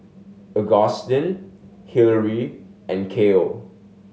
Augustin Hillery and Cael